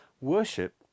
Worship